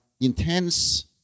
intense